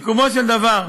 סיכומו של דבר,